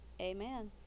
Amen